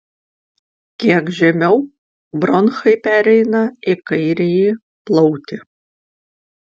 kiek žemiau bronchai pereina į kairįjį plautį